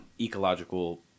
ecological